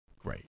great